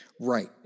Right